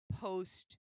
post